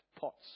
pots